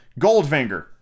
Goldfinger